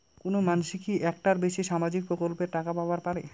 কোনো মানসি কি একটার বেশি সামাজিক প্রকল্পের টাকা পাবার পারে?